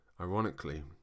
ironically